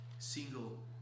single